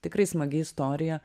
tikrai smagi istorija